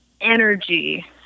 energy